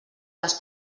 les